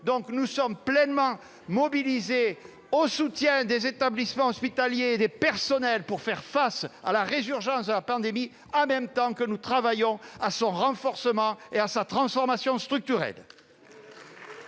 santé. Nous sommes donc pleinement mobilisés pour soutenir les établissements hospitaliers et leur personnel, afin de faire face à la résurgence de la pandémie, en même temps que nous travaillons à leur renforcement et à leur transformation structurelle.